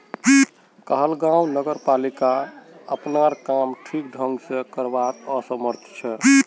कहलगांव नगरपालिका अपनार काम ठीक ढंग स करवात असमर्थ छ